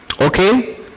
Okay